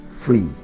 free